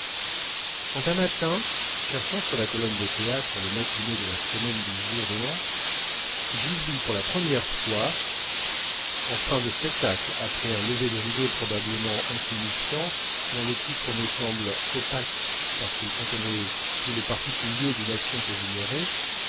un matin cherchant sur la colonne des théâtres les matinées de la semaine du jour de l'an j'y vis pour la première fois en fin de spectacle après un lever de rideau probablement insignifiant dont le titre me sembla opaque parce qu'il contenait tout le particulier d'une action que j'ignorais